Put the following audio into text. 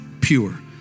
pure